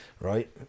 right